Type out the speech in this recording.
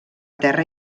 terra